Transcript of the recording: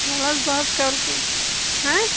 وَلہٕ حَظ بہِ حَظ کرٕ کوٗشِش ہاں